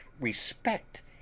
respect